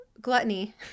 gluttony